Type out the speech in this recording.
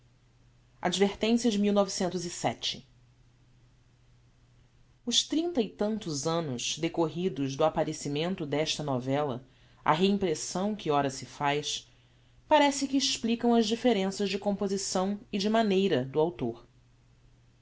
advertência de os trinta e tantos annos decorridos do apparecimento desta novella á reimpressão que ora se faz parece que explicam as differenças de composição e de maneira do autor